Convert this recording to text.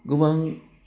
गोबां